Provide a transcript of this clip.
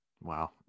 Wow